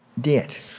debt